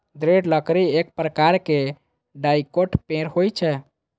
दृढ़ लकड़ी एक प्रकारक डाइकोट पेड़ होइ छै